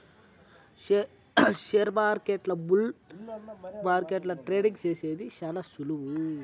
షేర్మార్కెట్ల బుల్ మార్కెట్ల ట్రేడింగ్ సేసేది శాన సులువు